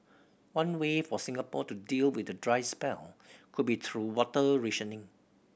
one way for Singapore to deal with the dry spell could be through water rationing